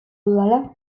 dudala